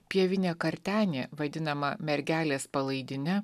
pievinė kartenė vadinama mergelės palaidine